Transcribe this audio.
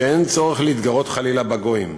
אין צורך להתגרות, חלילה, בגויים.